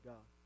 God